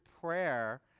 Prayer